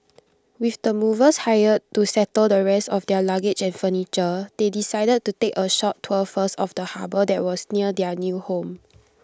with the movers hired to settle the rest of their luggage and furniture they decided to take A short tour first of the harbour that was near their new home